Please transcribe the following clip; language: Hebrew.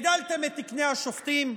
הגדלתם את תקני השופטים?